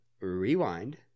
rewind